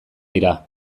dira